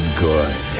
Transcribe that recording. good